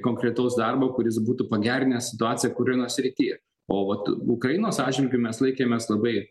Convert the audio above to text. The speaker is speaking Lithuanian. konkretaus darbo kuris būtų pagerinęs situaciją kurioj nors srity o vat ukrainos atžvilgiu mes laikėmės labai